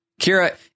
Kira